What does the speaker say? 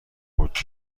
بود